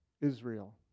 Israel